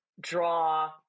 draw